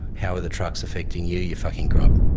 how are the trucks affecting you, you fucking grub.